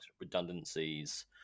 redundancies